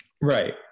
Right